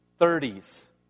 30s